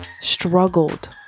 struggled